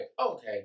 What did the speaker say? okay